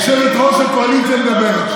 יושבת-ראש הקואליציה מדברת.